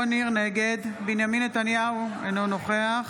נגד בנימין נתניהו, אינו נוכח